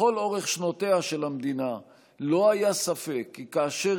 לכל אורך שנותיה של המדינה לא היה ספק כי כאשר